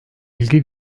ilgi